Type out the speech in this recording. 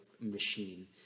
machine